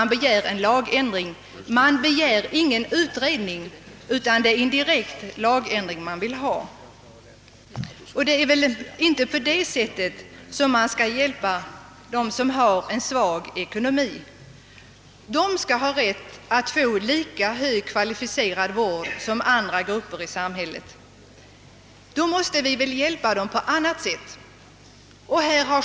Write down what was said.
Där begär man en lagändring, man begär alltså ingen utredning utan man vill direkt ha en lagändring. Det är väl inte på det sättet man skall hjälpa dem som har svag ekonomi. Problemet är alltså störst för socialgrupp 3 och för åldringarna. De skall ha rätt att få lika kvalificerad vård som andra grupper i samhället. Vi måste hjälpa dem på annat sätt.